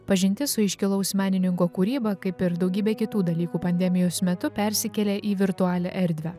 pažintis su iškilaus menininko kūryba kaip ir daugybė kitų dalykų pandemijos metu persikėlė į virtualią erdvę